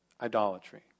idolatry